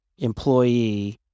Employee